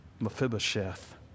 Mephibosheth